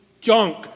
junk